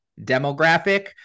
demographic